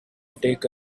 take